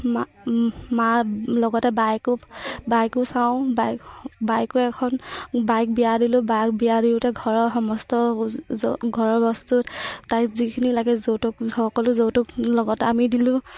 মা লগতে বাকো বাকো চাওঁ বাক বাকো এখন বাক বিয়া দিলোঁ বাক বিয়া দিওঁতে ঘৰৰ সমস্ত ঘৰৰ বস্তুত তাইক যিখিনি লাগে যৌতুক সকলো যৌতুক লগত আমি দিলোঁ